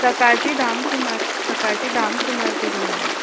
सकाळची धांक सुमार सकाळची धांक सुमार केल्ली हांवें